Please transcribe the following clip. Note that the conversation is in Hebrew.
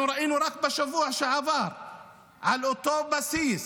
רק בשבוע שעבר ראינו שעל אותו בסיס